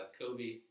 Kobe